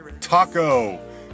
Taco